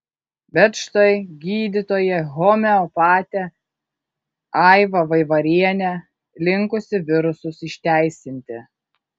bet štai gydytoja homeopatė aiva vaivarienė linkusi virusus išteisinti